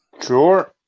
Sure